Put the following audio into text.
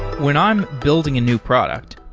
when i'm building a new product,